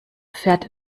fährt